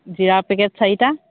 জিৰা পেকেট চাৰিটা